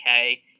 okay